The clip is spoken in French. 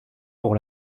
pour